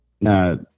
Now